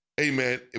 Amen